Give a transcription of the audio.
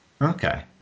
Okay